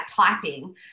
typing